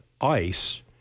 ice